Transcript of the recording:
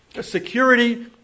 Security